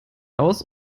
aus